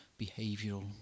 behavioural